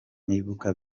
nibuka